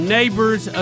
Neighbors